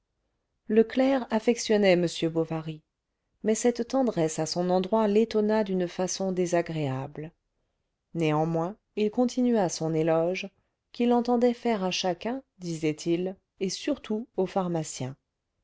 clerc affectionnait m bovary mais cette tendresse à son endroit l'étonna d'une façon désagréable néanmoins il continua son éloge qu'il entendait faire à chacun disait-il et surtout au pharmacien